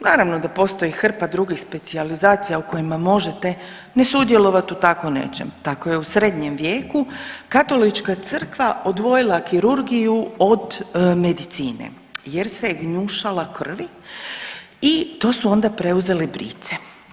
Naravno da postoji hrpa drugih specijalizacija u kojima možete ne sudjelovat u tako nečem, tako je u srednjem vijeku katolička crkva odvojila kirurgiju od medicine jer se je gnjušala krvi i to su ona preuzele brice.